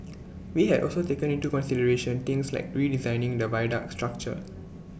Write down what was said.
we had also taken into consideration things like redesigning the viaduct structure